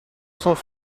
cent